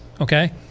okay